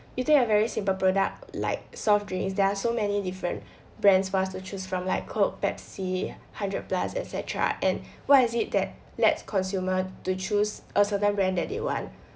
you take a very simple product like soft drinks there are so many different brands for us to choose from like coke pepsi hundred plus et cetera and what is it that led consumers to choose a certain brand that they want